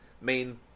Main